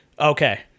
Okay